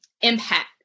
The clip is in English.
impact